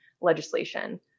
legislation